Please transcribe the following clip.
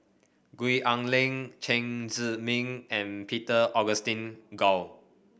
Gwee Ah Leng Chen Zhiming and Peter Augustine Goh